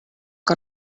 que